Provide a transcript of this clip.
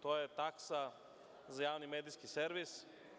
To je taksa za javni medijski servis.